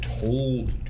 told